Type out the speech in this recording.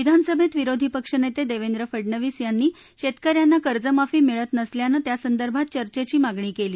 विधानसभेत विरोधी पक्षनेते देवेंद्र फडनवीस यांनी शेतक यांना कर्जमाफी मिळत नसल्यानं त्यासंदर्भात चर्चेची मागणी केली